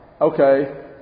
okay